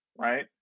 right